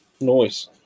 Noise